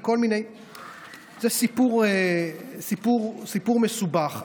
זה סיפור מסובך.